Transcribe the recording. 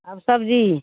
आब सब्जी